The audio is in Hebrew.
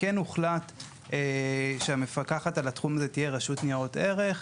כן הוחלט שהמפקחת על התחום תהיה רשות ניירות ערך.